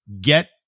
get